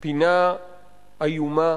פינה איומה,